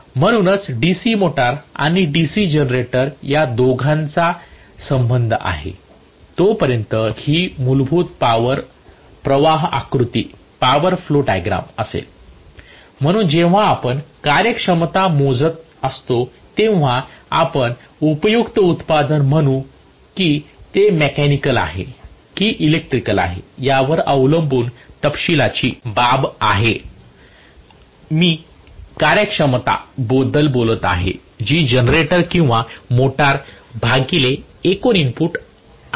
म्हणूनच DC motor आणि DC generator या दोहोंचा संबंध आहे तोपर्यंत ही मूलभूत पावर प्रवाह आकृती असेल म्हणून जेव्हा आपण कार्यक्षमता मोजता तेव्हा आपण उपयुक्त उत्पादन म्हणू की ते मेकॅनिकल आहे की इलेक्ट्रिकल आहे यावर अवलंबून तपशीलाची बाब आहे मी कार्यक्षमता बद्दल बोलत आहे जी जनरेटर किंवा मोटर भागिले एकूण इनपुट हे आहे